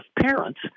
parents